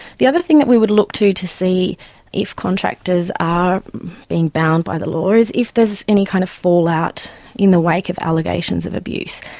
the other thing that we would look to to see if contractors are being bound by the law is if there's any kind of fallout in the wake of allegations of abuse.